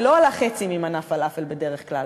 היא לא עולה חצי ממנה פלאפל בדרך כלל,